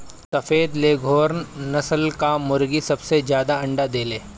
सफ़ेद लेघोर्न नस्ल कअ मुर्गी सबसे ज्यादा अंडा देले